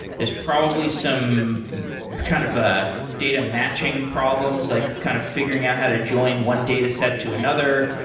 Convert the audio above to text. there's probably some kind of ah data matching problems, like kind of figuring out how to join one dataset to another.